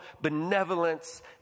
benevolence